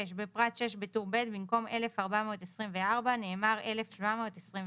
בפרט (6), בטור ב', במקום "1,424" נאמר "1,721".